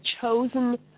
chosen